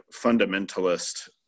fundamentalist